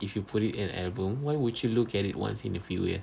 if you put it in album why would you look at it once in a few years